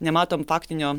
nematom faktinio